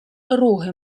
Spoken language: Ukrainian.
роги